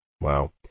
Wow